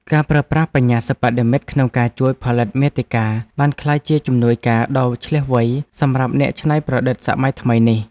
ការប្រើប្រាស់បញ្ញាសិប្បនិម្មិតក្នុងការជួយផលិតមាតិកាបានក្លាយជាជំនួយការដ៏ឈ្លាសវៃសម្រាប់អ្នកច្នៃប្រឌិតសម័យថ្មីនេះ។